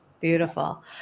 Beautiful